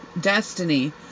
Destiny